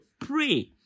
Pray